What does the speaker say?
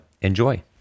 enjoy